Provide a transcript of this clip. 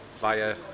via